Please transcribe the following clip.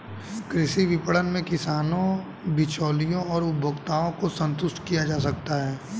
कृषि विपणन में किसानों, बिचौलियों और उपभोक्ताओं को संतुष्ट किया जा सकता है